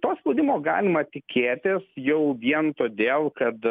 to spaudimo galima tikėtis jau vien todėl kad